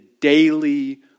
daily